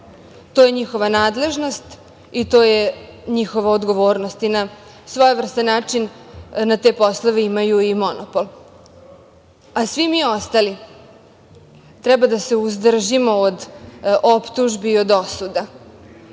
To je njihova nadležnost i to je njihova odgovornost i na svojevrsan način na te poslove imaju i monopol, a svi mi ostali treba da se uzdržimo od optužbi i od osuda.I,